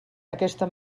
aquesta